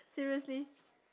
seriously